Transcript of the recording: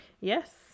Yes